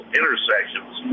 intersections